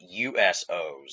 USOs